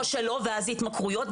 או שלא ואז התמכרויות,